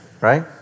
Right